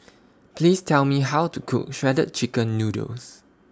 Please Tell Me How to Cook Shredded Chicken Noodles